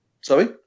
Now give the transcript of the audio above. Sorry